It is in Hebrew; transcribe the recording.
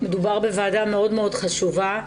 מדובר בוועדה מאוד חשובה.